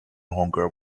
honker